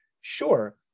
Sure